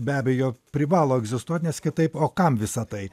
be abejo privalo egzistuot nes kitaip o kam visa tai